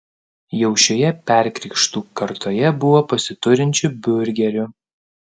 jau šioje perkrikštų kartoje buvo pasiturinčių biurgerių